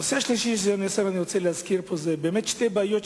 הנושא השלישי שאני רוצה להזכיר פה הוא שתי בעיות,